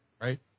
Right